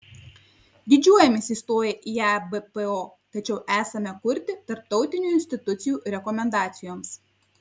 didžiuojamės įstoję į ebpo tačiau esame kurti tarptautinių institucijų rekomendacijoms